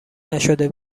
نشده